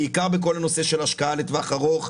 בעיקר בכל הנושא של השקעה לטווח ארוך,